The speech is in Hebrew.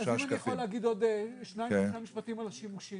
אם אני יכול להגיד עוד שניים-שלושה משפטים על השימושים.